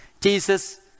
Jesus